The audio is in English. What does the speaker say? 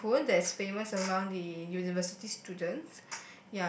bee-hoon that's famous among the university students